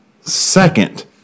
second